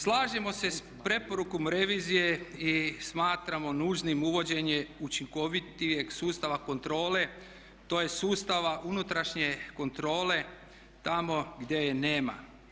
Slažemo se sa preporukom revizije i smatramo nužnim uvođenje učinkovitijeg sustava kontrole, tj. sustava unutrašnje kontrole tamo gdje je nema.